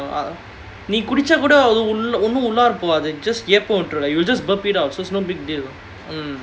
நீ குடிச்சா கூட ரொம்ப உள்ளால போகாது:nee kudicha kooda romba ullaala pogaathu just ஏப்பம் விட்டுடுவ:eppam vituduva you will just burp it out so is no big deal